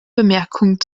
bemerkung